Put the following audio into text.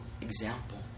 example